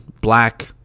black